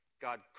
God